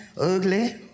ugly